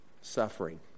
suffering